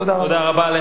תודה רבה.